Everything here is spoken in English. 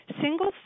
Single